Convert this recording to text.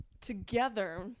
together